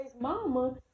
Mama